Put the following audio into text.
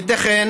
ייתכן